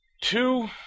two